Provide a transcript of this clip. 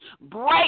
break